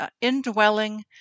indwelling